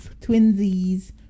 twinsies